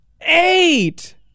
eight